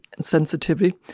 sensitivity